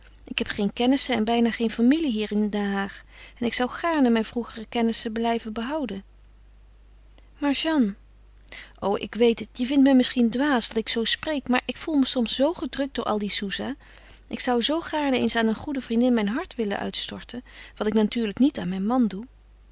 ik heb geen kennissen en bijna geen familie hier in den haag en ik zou gaarne mijn vroegere kennissen blijven behouden maar jeanne o ik weet het je vindt me misschien dwaas dat ik zoo spreek maar ik voel me soms zoo gedrukt door al die soesah ik zou zoo gaarne eens aan een goede vriendin mijn hart willen uitstorten wat ik natuurlijk niet aan mijn man doe